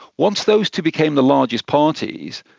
once those two became the largest parties,